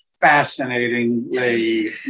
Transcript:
fascinatingly